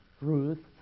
Ruth